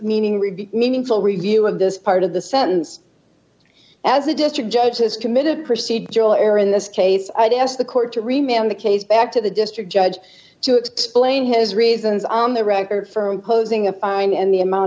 meaning review meaningful review of this part of the sense as a district judge has committed procedural error in this case i'd ask the court to remain on the case back to the district judge to explain his reasons on the record from closing a fine and the amount